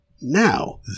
Now